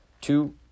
two